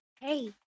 Hey